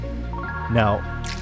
Now